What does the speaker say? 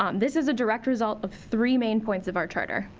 um this is a direct result of three main points of our charter.